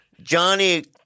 Johnny